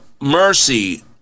mercy